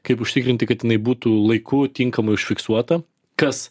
kaip užtikrinti kad jinai būtų laiku tinkamai užfiksuota kas